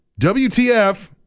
wtf